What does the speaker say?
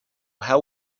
how